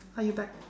are you back